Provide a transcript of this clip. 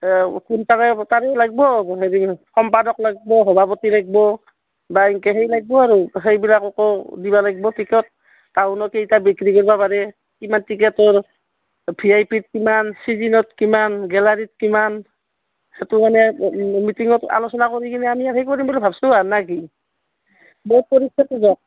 কোনফালে তাৰে লাগব হেৰি সম্পাদক লাগিব সভাপতি লাগিব বা এনেকৈ সেই লাগিব আৰু সেইবিলাককো দিব লাগিব টিকট তাহোঁনৰ কেইটা বিক্ৰী কৰিব পাৰে কিমান টিকেটৰ ভি আই পি ত কিমান ছিজনত কিমান গেলাৰীত কিমান সেইটো মানে মিটিঙত আলোচনা কৰি কিনে আমি সেই কৰিম বুলি ভাবিছোঁ আৰু নে কি বহুত